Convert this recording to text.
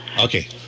Okay